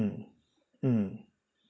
mm mm